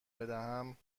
بدهم